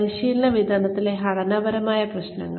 പരിശീലന വിതരണത്തിലെ ഘടനാപരമായ പ്രശ്നങ്ങൾ